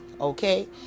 Okay